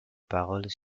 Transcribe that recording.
paroles